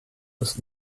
des